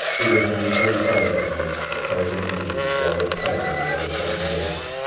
it was nine-forty-five that night that tarzan entered the squalid pub on the water-front in dover.